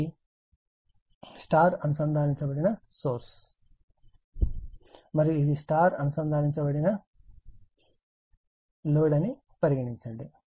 ఇది Y అనుసంధానించబడిన source మరియు ఇది Y అనుసంధానించబడిన లోడ్ అని పరిగణించండి